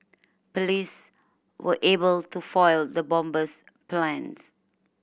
police were able to foil the bomber's plans